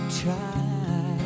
try